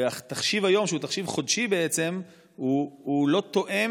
והתחשיב היום, שהוא תחשיב חודשי, לא תואם